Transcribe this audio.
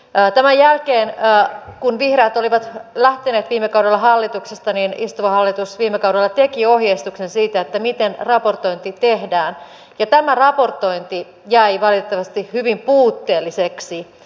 tämän jälkeen kun vihreät olivat lähteneet viime kaudella hallituksesta istuva hallitus viime kaudella teki ohjeistuksen siitä miten raportointi tehdään ja tämä raportointi jäi valitettavasti hyvin puutteelliseksi